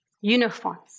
uniforms